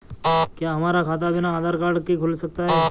क्या हमारा खाता बिना आधार कार्ड के खुल सकता है?